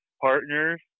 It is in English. partners